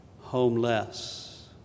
homeless